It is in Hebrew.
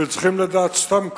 אתם צריכים לדעת סתם כך,